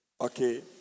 okay